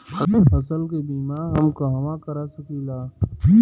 फसल के बिमा हम कहवा करा सकीला?